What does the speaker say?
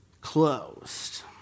Closed